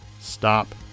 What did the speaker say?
Stop